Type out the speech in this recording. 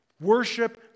Worship